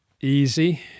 easy